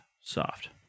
soft